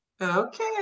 Okay